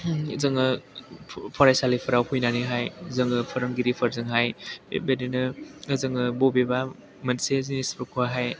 जोङो फरायसालिफोराव फैनानै जोङो फोरोगिरिफोरजों बेबायदिनो जोङो बबेबा मोनसे जिनिसफोरखौहाय